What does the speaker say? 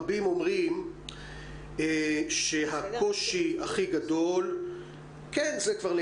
רבים אומרים שהקושי הכי גדול הוא הסגר